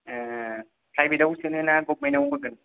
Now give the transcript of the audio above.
एह प्राइभेथाव सोनो ना गभर्नमेन्टाव होगोन